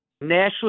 national